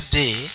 day